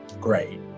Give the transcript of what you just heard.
great